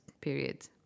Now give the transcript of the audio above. period